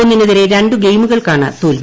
ഒന്നിനെതിരെ രണ്ടു ഗെയിമുകൾക്കാണ് തോൽവി